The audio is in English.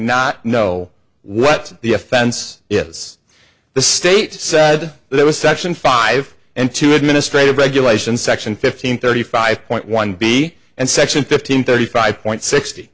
not know what the offense is the state said there was section five and two administrative regulation section fifteen thirty five point one b and section fifteen thirty five point sixty